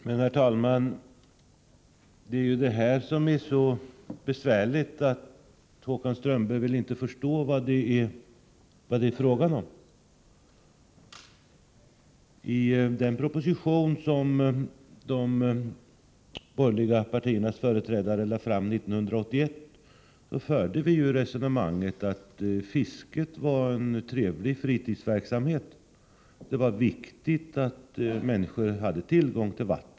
Herr talman! Men det är detta som är så besvärligt, att Håkan Strömberg inte vill förstå vad det är fråga om. I den proposition som de borgerliga partiernas företrädare lade fram 1981 fördes resonemanget att fisket var en trevlig fritidsverksamhet och att det var viktigt att människor hade tillgång till fiskevatten.